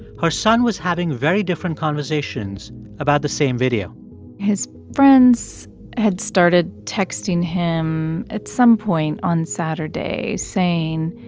her son was having very different conversations about the same video his friends had started texting him at some point on saturday saying,